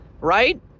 right